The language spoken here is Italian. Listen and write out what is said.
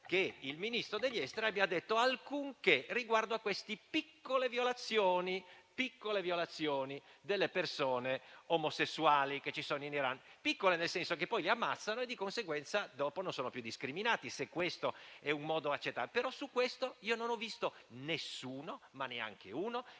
che il Ministro degli affari esteri abbia detto alcunché riguardo a queste "piccole" violazioni delle persone omosessuali che ci sono in Iran (piccole nel senso che le ammazzano e di conseguenza dopo non sono più discriminate). Però su questo non ho visto nessuno, ma neanche uno,